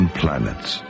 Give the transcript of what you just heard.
planets